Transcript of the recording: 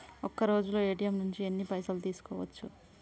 ఒక్కరోజులో ఏ.టి.ఎమ్ నుంచి ఎన్ని పైసలు తీసుకోవచ్చు?